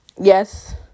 Yes